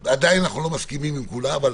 עדיין אנחנו לא מסכימים עם כולה, אבל